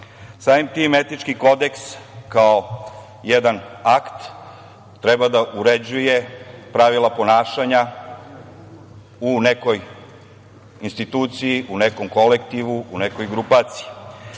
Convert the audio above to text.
tim, etički kodeks kao jedan akt treba da uređuje pravila ponašanja u nekoj instituciji, u nekom kolektivu, u nekoj grupaciji. Naravno,